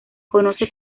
conoce